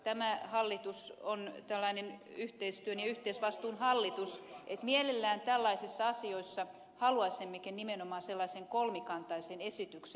tämä hallitus on tällainen yhteistyön ja yhteisvastuun hallitus niin että mielellään tällaisissa asioissa haluaisimmekin nimenomaan sellaisen kolmikantaisen esityksen